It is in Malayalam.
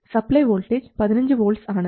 സപ്ലൈ വോൾട്ടേജ് 15 വോൾട്ട്സ് ആണ്